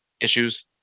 issues